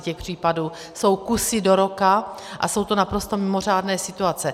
Těch případů jsou kusy do roka a jsou to naprosto mimořádné situace.